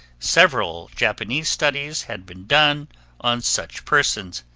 several japanese studies had been done on such persons.